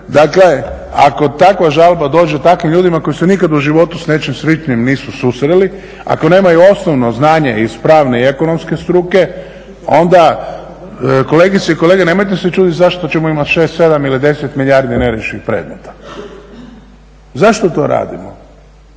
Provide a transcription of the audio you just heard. Dakle, ako takva žalba dođe takvim ljudima koji se nikad u životu s nečim sličnim nisu susreli, ako nemaju osnovno znanje iz pravne i ekonomske struke onda kolegice i kolege nemojte se čuditi zašto ćemo imati 6, 7 ili 10 milijardi neriješenih predmeta. Zašto to radimo?